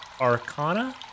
Arcana